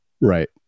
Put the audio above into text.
Right